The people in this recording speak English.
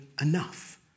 enough